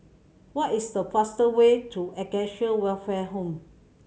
what is the fastest way to Acacia Welfare Home